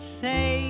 say